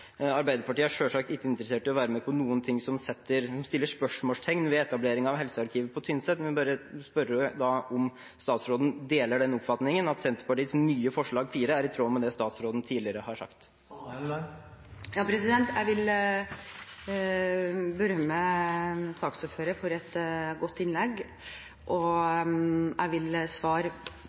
Arbeiderpartiet er selvsagt ikke interessert i å være med på noe som setter spørsmålstegn ved etablering av helsearkivet på Tynset, men jeg vil da bare spørre om statsråden deler den oppfatningen at Senterpartiets nye forslag nr. 4 er i tråd med det statsråden tidligere har sagt? Jeg vil berømme saksordføreren for et godt innlegg, og jeg vil svare